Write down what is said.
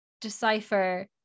decipher